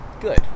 good